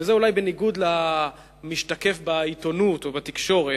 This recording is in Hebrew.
וזה אולי בניגוד למשתקף בעיתונות או בתקשורת,